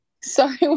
Sorry